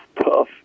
tough